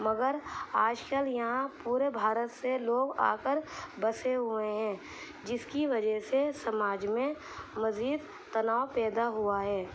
مگر آج کل یہاں پورے بھارت سے لوگ آ کر بسے ہوئے ہیں جس کی وجہ سے سماج میں مزید تناؤ پیدا ہوا ہے